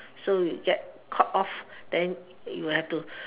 so you get caught off then you'll have to